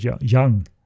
young